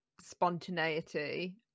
spontaneity